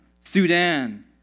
Sudan